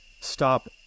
stop